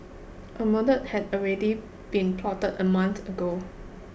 a murder had already been plotted a month ago